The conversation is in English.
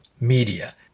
media